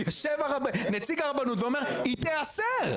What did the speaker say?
יושב נציג הרבנות ואומר: היא תיאסר.